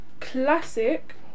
classic